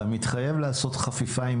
אתה מתחייב לעשות חפיפה עם